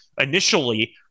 initially